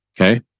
Okay